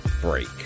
break